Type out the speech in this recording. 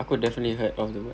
aku definitely heard of the word